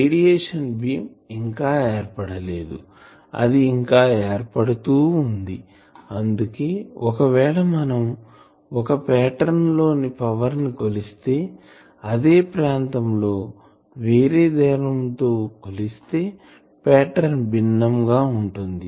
radiation beam ఇంకా ఏర్పడలేదుఅది ఇంకా ఏర్పడుతూ వుంది అందుకే ఒకవేళ మనం ఒక పాటర్న్ లో పవర్ ని కొలిస్తే అదే ప్రాంతం లో వేరే దూరం లో కొలిస్తే పాటర్న్ భిన్నం గా ఉంటుంది